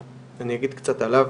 אגיד קצת עליו,